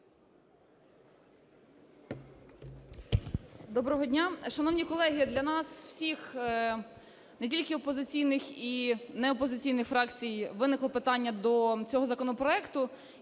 Доброго дня! Шановні колеги, для нас всіх не тільки опозиційних і неопозиційних фракцій виникло питання до цього законопроекту,